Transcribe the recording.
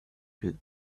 could